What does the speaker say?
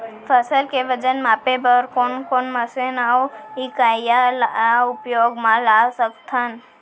फसल के वजन मापे बर कोन कोन मशीन अऊ इकाइयां ला उपयोग मा ला सकथन?